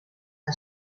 que